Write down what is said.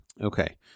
Okay